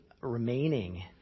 remaining